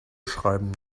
schreiben